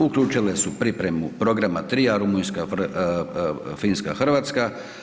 Uključile su pripremu programa Tria Rumunjska, Finska, Hrvatska.